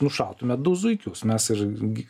nušautume du zuikius mes ir gi